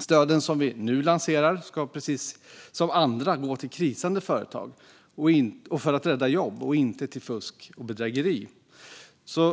Stöden som vi nu lanserar ska, precis som andra, gå till krisande företag för att rädda jobb och inte till fusk och bedrägeri.